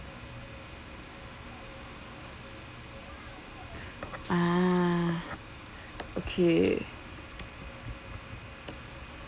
ah okay